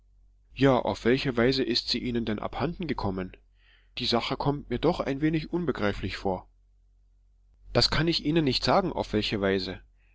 ja auf welche weise ist sie ihnen denn abhanden gekommen die sache kommt mir doch ein wenig unbegreiflich vor das kann ich ihnen nicht sagen auf welche weise